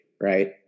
right